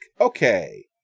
Okay